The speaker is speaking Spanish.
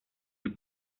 las